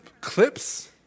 clips